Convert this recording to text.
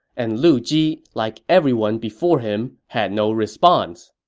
and lu ji, like everyone before him, had no response.